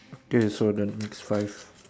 okay so that makes five